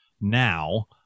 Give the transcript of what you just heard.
now